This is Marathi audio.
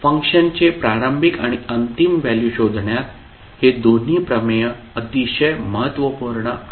फंक्शन चे प्रारंभिक आणि अंतिम व्हॅल्यू शोधण्यात हे दोन्ही प्रमेय अतिशय महत्त्वपूर्ण आहेत